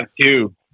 two